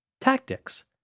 tactics